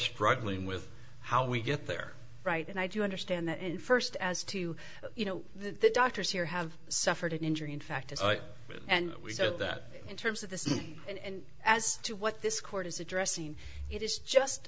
struggling with how we get there right and i do understand that and first as to you know the doctors here have suffered an injury in fact and we said that in terms of this and as to what this court is addressing it is just